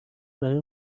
برای